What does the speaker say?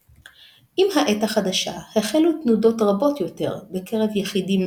בתשובה מפורסמת גרס הרב יוסף קארו כי בני קהילה שלמה